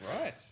Right